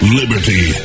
liberty